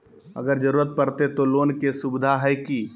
अगर जरूरत परते तो लोन के सुविधा है की?